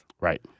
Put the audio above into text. Right